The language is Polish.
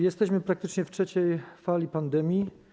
Jesteśmy praktycznie w trzeciej fali pandemii.